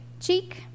cheek